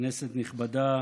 כנסת נכבדה,